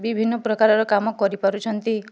ବିଭିନ୍ନ ପ୍ରକାରର କାମ କରିପାରୁଛନ୍ତି